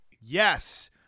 Yes